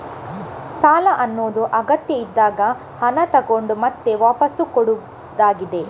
ಸಾಲ ಅನ್ನುದು ಅಗತ್ಯ ಇದ್ದಾಗ ಹಣ ತಗೊಂಡು ಮತ್ತೆ ವಾಪಸ್ಸು ಕೊಡುದಾಗಿದೆ